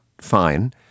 fine